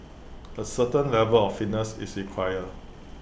A certain level of fitness is required